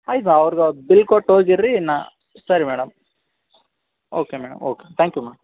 ಆಯ್ತು ಬಾ ಅವ್ರ್ಗೆ ಬಿಲ್ ಕೊಟ್ಟು ಹೋಗಿರಿ ರೀ ನಾ ಸರಿ madam okay madam okay thank you madam